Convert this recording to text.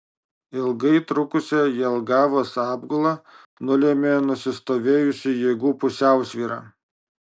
ilgai trukusią jelgavos apgulą nulėmė nusistovėjusi jėgų pusiausvyra